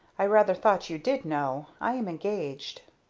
i rather thought you did know. i am engaged.